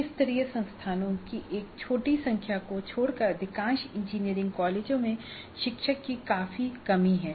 उच्च स्तरीय संस्थानों की एक छोटी संख्या को छोड़कर अधिकांश इंजीनियरिंग कॉलेजों में शिक्षकों की काफी कमी है